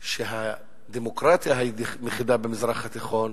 שהדמוקרטיה היחידה במזרח התיכון